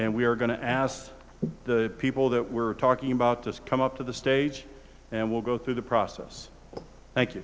and we are going to ask the people that we're talking about to come up to the stage and we'll go through the process